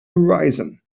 horizon